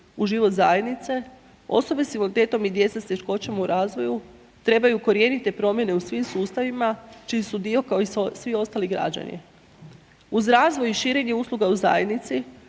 u život zajednice, osobe sa invaliditetom i djeca s teškoćama u razvoju, trebaju korijenite promjene u svim sustavima čiji su dio kao i svi ostali građani. Uz razvoj i širenje usluga u zajednici,